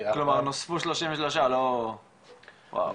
כלומר, נוספו 33, וואו.